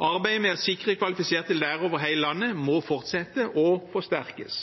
Arbeidet med å sikre kvalifiserte lærere over hele landet må fortsette og forsterkes.